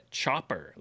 chopper